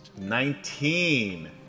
nineteen